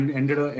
ended